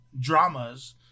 dramas